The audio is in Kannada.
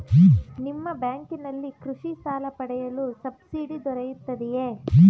ನಿಮ್ಮ ಬ್ಯಾಂಕಿನಲ್ಲಿ ಕೃಷಿ ಸಾಲ ಪಡೆಯಲು ಸಬ್ಸಿಡಿ ದೊರೆಯುತ್ತದೆಯೇ?